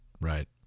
Right